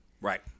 Right